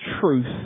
truth